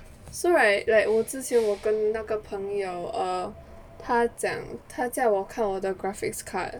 so right like 我之前我跟那个朋友 err 他讲他叫我看我的 graphics card